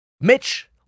Mitch